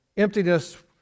emptiness